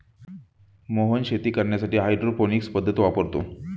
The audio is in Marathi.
मोहन शेती करण्यासाठी हायड्रोपोनिक्स पद्धत वापरतो